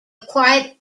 acquired